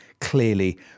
clearly